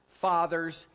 father's